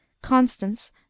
Constance